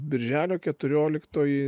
birželio keturioliktoji